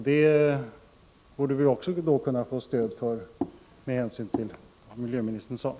Det borde vi också kunna få stöd för med hänsyn till vad miljöministern sade.